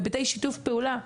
בהיבטי שיתוף פעולה,